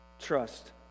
trust